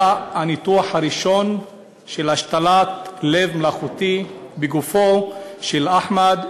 היה הניתוח הראשון של השתלת לב מלאכותי בגופו של אחמד,